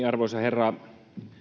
arvoisa herra